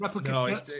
no